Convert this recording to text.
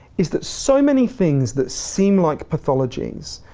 is that so many things that seem like pathologies,